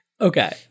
Okay